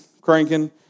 cranking